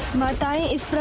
my daughter is